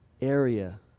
area